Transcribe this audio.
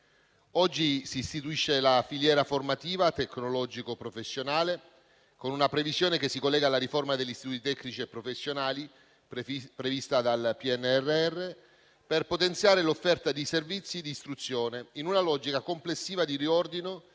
Oggi si istituisce la filiera formativa tecnologico professionale, con una previsione che si collega alla riforma degli istituti tecnici e professionali, prevista dal PNRR, per potenziare l'offerta di servizi di istruzione in una logica complessiva di riordino